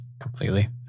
completely